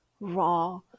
Raw